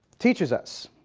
teaches us.